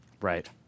Right